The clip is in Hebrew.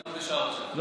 לא,